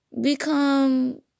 become